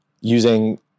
using-